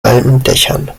walmdächern